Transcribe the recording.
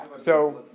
so,